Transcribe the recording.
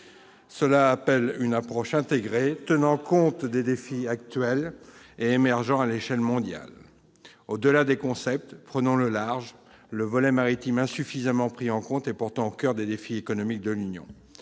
Cela appelle une approche intégrée tenant compte des défis actuels et émergents à l'échelle mondiale. » Au-delà des concepts, prenons le large : le volet maritime, s'il reste insuffisamment pris en compte, est au coeur des défis économiques de l'Union